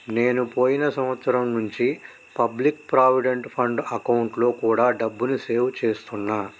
నేను పోయిన సంవత్సరం నుంచి పబ్లిక్ ప్రావిడెంట్ ఫండ్ అకౌంట్లో కూడా డబ్బుని సేవ్ చేస్తున్నా